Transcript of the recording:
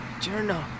journal